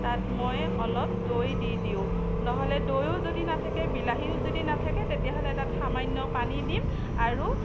তাত মই অলপ দৈ দি দিওঁ নহ'লে দৈও যদি নাথাকে বিলাহীও যদি নাথাকে তেতিয়াহ'লে তাত সামান্য পানী দিম আৰু